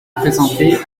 présentés